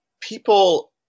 people